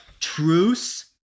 truce